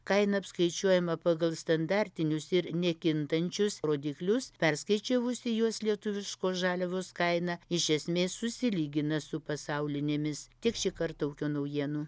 kaina apskaičiuojama pagal standartinius ir nekintančius rodiklius perskaičiavus į juos lietuviškos žaliavos kaina iš esmės susilygina su pasaulinėmis tiek šį kartą ūkio naujienų